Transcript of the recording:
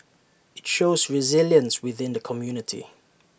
IT shows resilience within the community